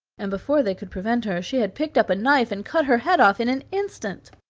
and, before they could prevent her, she had picked up a knife and cut her head off in an instant.